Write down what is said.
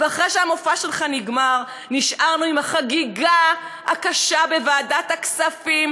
ואחרי שהמופע שלך נגמר נשארנו עם החגיגה הקשה בוועדת הכספים,